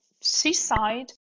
seaside